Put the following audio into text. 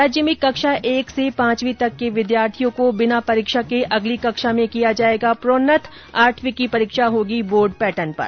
राज्य में कक्षा एक से पांचवीं तक के विद्यार्थियों को बिना परीक्षा के अगली कक्षा में किया जाएगा प्रोन्नत आठवीं की परीक्षा होगी बोर्ड पैटर्न पर